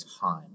time